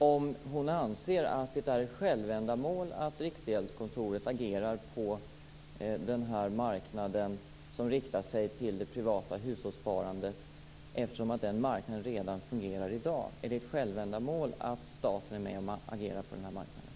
Fru talman! Anser Carin Lundberg att det är ett självändamål att Riksgäldskontoret agerar på marknaden som riktar sig till det privata hushållssparandet, eftersom den marknaden redan fungerar i dag? Är det ett självändamål att staten agerar på den marknaden?